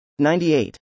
98